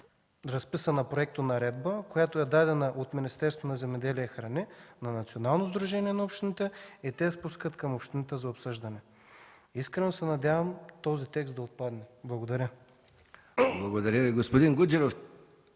разписана проектонаредба, която е дадена от Министерството на земеделието и храните на Националното сдружение на общините и те спускат към общините за обсъждане. Искрено се надявам този текст да отпадне. Благодаря. ПРЕДСЕДАТЕЛ МИХАИЛ МИКОВ: Благодаря Ви, господин Гуджеров.